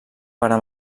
pare